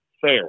fair